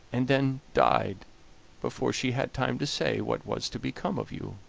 and then died before she had time to say what was to become of you.